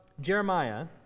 Jeremiah